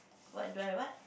what do I what